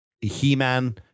he-man